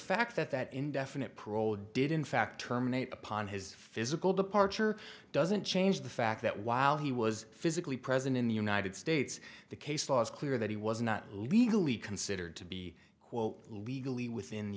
fact that that indefinite parole did in fact terminate upon his physical departure doesn't change the fact that while he was physically present in the united states the case law is clear that he was not legally considered to be quote legally within the